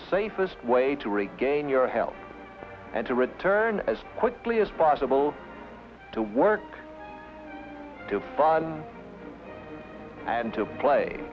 safest way to regain your health and to return as quickly as possible to work to fun and to play